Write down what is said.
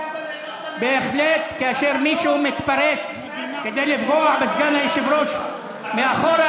בהחלט כאשר מישהו מתפרץ כדי לפגוע בסגן היושב-ראש מאחור,